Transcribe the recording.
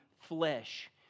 flesh